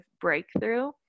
breakthrough